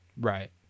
Right